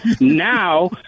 Now